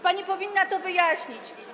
Pani powinna to wyjaśnić.